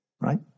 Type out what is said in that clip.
Right